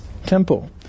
temple